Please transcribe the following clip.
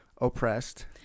oppressed